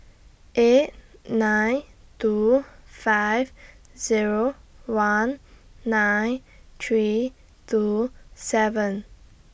eight nine two five Zero one nine three two seven